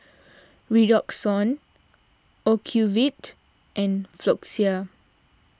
Redoxon Ocuvite and Floxia